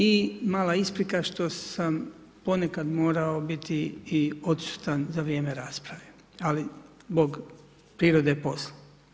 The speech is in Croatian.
I mala isprika, što sam ponekad morao biti i odsutan za vrijeme rasprave, ali zbog prirode posla.